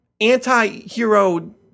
anti-hero